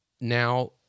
Now